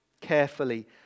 Carefully